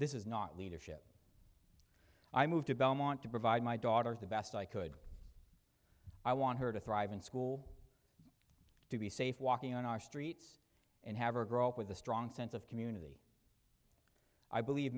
this is not leadership i moved to belmont to provide my daughter the best i could i want her to thrive in school to be safe walking on our streets and have her grow up with a strong sense of community i believe